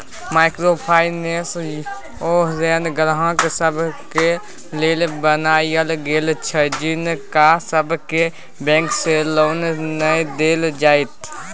micro finance ओहेन ग्राहक सबके लेल बनायल गेल छै जिनका सबके बैंक से लोन नै देल जाइत छै